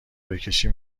بکشی